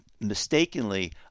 mistakenly